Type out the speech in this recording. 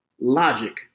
Logic